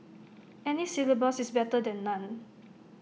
any syllabus is better than none